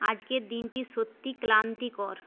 আজকের দিনটি সত্যিই ক্লান্তিকর